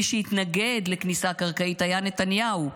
מי שהתנגד לכניסה קרקעית היה נתניהו,